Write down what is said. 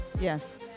Yes